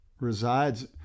resides